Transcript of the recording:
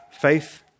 faith